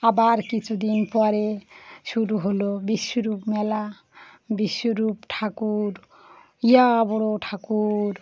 আবার কিছুদিন পরে শুরু হলো বিশ্বরূপ মেলা বিশ্বরূপ ঠাকুর ইয়া বড় ঠাকুর